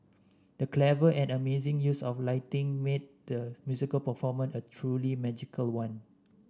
the clever and amazing use of lighting made the musical performance a truly magical one